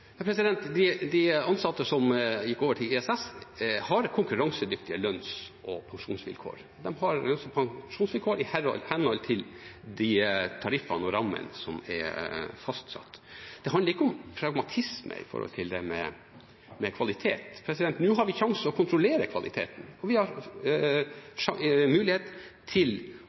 De ansatte som gikk over til ISS, har konkurransedyktige lønns- og pensjonsvilkår. De har lønns- og pensjonsvilkår i henhold til de tariffene og rammene som er fastsatt. Det handler ikke om pragmatisme med hensyn til kvalitet. Nå har vi sjansen til å kontrollere kvaliteten, og vi har mulighet til